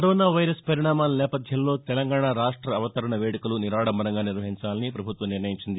coronavirus పరిణామాల నేపథ్యంలో తెలంగాణ రాష్ట అవతరణ వేడుకలు నిరాడంబరంగా నిర్వహించాలని ప్రభుత్వం నిర్ణయించింది